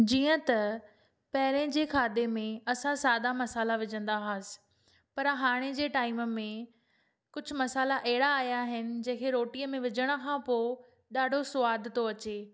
जीअं त पहिरें जे खाधे में असां सादा मसाला विझंदा हुआसीं पर हाणे जे टाइम में कुझु मसाला अहिड़ा आया आहिनि जेके रोटीअ में विझण खां पोइ ॾाढो स्वादु थो अचे